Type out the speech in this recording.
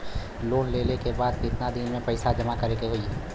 Loan लेले के बाद कितना दिन में पैसा जमा करे के होई?